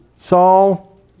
Saul